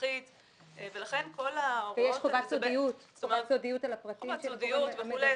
ויש חובת סודיות על הפרטיים של הגורם המדווח.